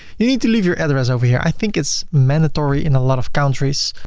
you need to leave your address over here, i think it's mandatory in a lot of countries.